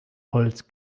holz